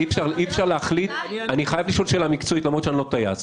אני חייב לשאול שאלה מקצועית למרות שאני לא טייס.